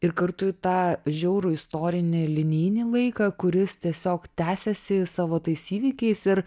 ir kartu į tą žiaurų istorinį linijinį laiką kuris tiesiog tęsiasi savo tais įvykiais ir